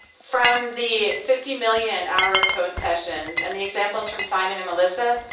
from the fifty million hour of code sessions, and the examples from simon and melissa,